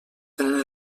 tenen